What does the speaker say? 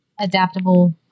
adaptable